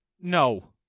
No